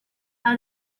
how